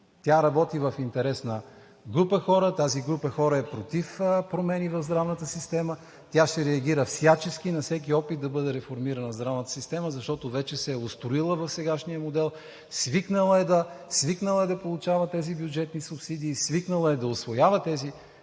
Тя работи в интерес на група хора, а тази група хора е против промени в здравната система. Тя ще реагира всячески на всеки опит да бъде реформирана здравната система, защото вече се е устроила в сегашния модел, свикнала е да получава тези бюджетни субсидии, свикнала е да усвоява тези